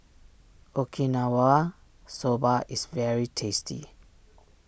Okinawa Soba is very tasty